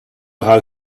how